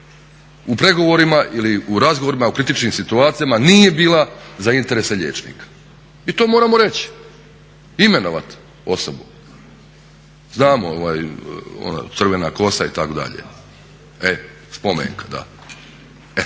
u pregovorima ili razgovorima u kritičnim situacijama nije bila za interese liječnika i to moramo reći, imenovati osobu. Znamo crvena kosa itd. Spomenka eto.